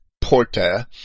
porta